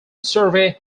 survey